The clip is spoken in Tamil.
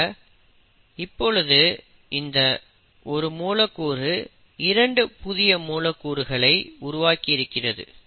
ஆக இப்பொழுது இந்த ஒரு மூலக்கூறு 2 புதிய மூலக்கூறுகளை உருவாக்கி இருக்கிறது